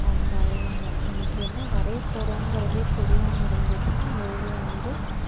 அவங்க வரைவாங்க நமக்கு என்ன வரையப் போகிறோங்குறதே தெரியாமல் இருந்துச்சுனால் அந்த ஓவியம் வந்து